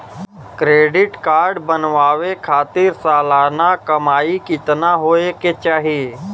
Credit card बनवावे खातिर सालाना कमाई कितना होए के चाही?